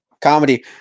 comedy